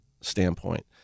standpoint